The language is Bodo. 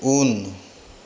उन